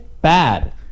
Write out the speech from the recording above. bad